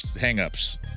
hang-ups